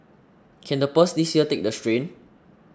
can the purse this year take the strain